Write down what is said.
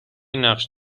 نقش